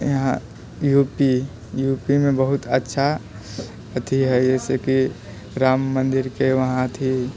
यहाँ यूपी यूपीमे बहुत अच्छा अथी है जैसे कि राम मन्दिरके वहाँ अथी